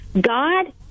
God